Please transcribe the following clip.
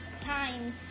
time